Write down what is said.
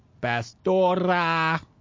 pastora